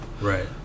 Right